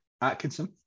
Atkinson